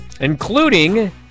including